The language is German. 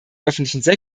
öffentlichen